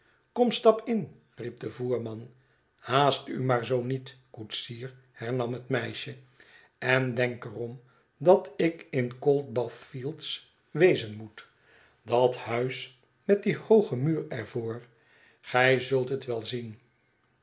kom stap in riep de voerman haast u maar zoo niet koetsier hernam het meisje en denk er om dat ik in cold bath fields wezen moet dat huis met dien hoogen muur er voor gij zult het wel zien